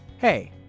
Hey